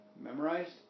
memorized